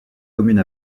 commune